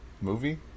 Movie